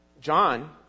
John